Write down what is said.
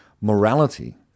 morality